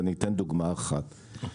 ואני אתן דוגמה אחת.